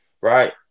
right